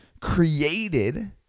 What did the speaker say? created